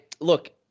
Look